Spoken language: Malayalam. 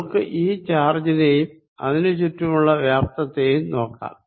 നമുക്ക് ഈ ചാർജിനെയും അതിനു ചുറ്റുമുള്ള വ്യാപ്തത്തെയും നോക്കാം